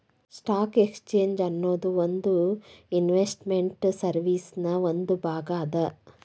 stock exchange ಅನ್ನೊದು ಒಂದ್ investment ಸರ್ವೇಸಿನ್ ಒಂದ್ ಭಾಗ ಅದ